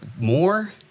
more